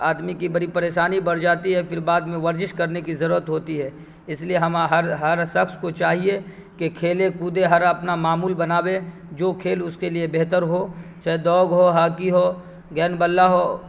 آدمی کی بڑی پریشانی بڑھ جاتی ہے پھر بعد میں ورزش کرنے کی ضرورت ہوتی ہے اس لیے ہما ہر ہر شخص کو چاہیے کہ کھیلے کودے ہر اپنا معمول بناوے جو کھیل اس کے لیے بہتر ہو چاہے دوگ ہو ہاکی ہو گین بلا ہو